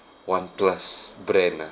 one plus brand ah